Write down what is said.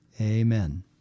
Amen